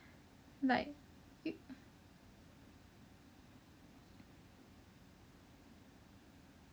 like